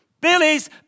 Billy's